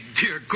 dear